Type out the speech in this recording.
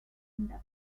levels